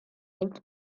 dut